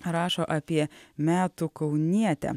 rašo apie metų kaunietę